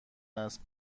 است